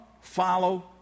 follow